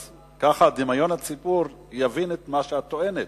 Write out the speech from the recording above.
אז ככה דמיון הציבור יבין את מה שאת טוענת.